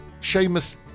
Seamus